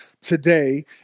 today